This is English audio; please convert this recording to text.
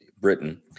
Britain